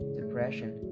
depression